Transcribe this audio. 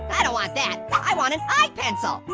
i don't want that. i want an eye pencil.